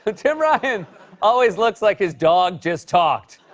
but tim ryan always looks like his dog just talked.